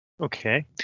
okay